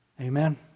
Amen